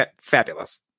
fabulous